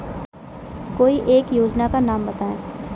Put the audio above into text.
कोई एक योजना का नाम बताएँ?